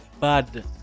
bad